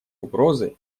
угрозы